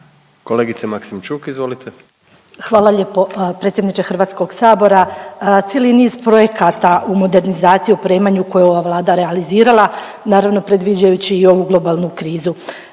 izvolite. **Maksimčuk, Ljubica (HDZ)** Hvala lijepo predsjedniče Hrvatskog sabora. Cijeli niz projekata u modernizaciji, opremanju koji je ova Vlada realizirala naravno predviđajući i ovu globalnu krizu.